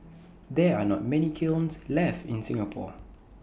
there are not many kilns left in Singapore